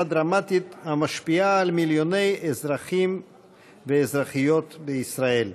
דרמטית המשפיעה על מיליוני אזרחים ואזרחיות בישראל.